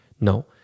No